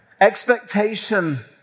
Expectation